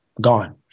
gone